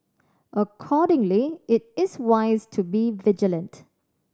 accordingly it is wise to be vigilant